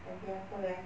lagi apa eh